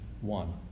one